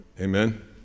Amen